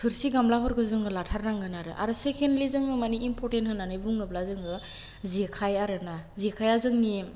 थोरसि गामलाफोरखौ जोङो लाथारनांगोन आरो आरो सेकेण्डलि जोङो मानि इमपरटेन्ट होन्नानै बुङोब्ला जोङो जेखाय आरो ना जेखाइआ जोंनि